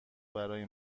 برای